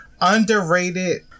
Underrated